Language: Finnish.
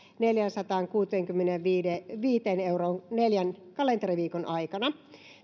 neljäänsataankuuteenkymmeneenviiteen euroon neljän kalenteriviikon aikana